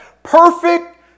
Perfect